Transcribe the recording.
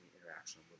interaction